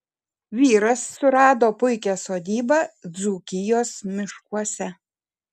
vyras surado puikią sodybą dzūkijos miškuose